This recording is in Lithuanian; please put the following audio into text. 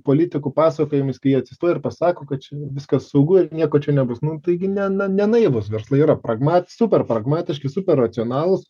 politikų pasakojimais kai jie atsistoja ir pasako kad čia viskas saugu ir nieko čia nebus nu taigi ne ne naivūs verslai pragma super pragmatiški super racionalūs